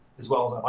as well